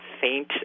faint